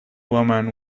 woman